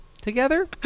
Together